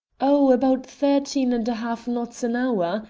oh, about thirteen and a half knots an hour.